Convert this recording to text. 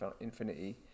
infinity